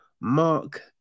Mark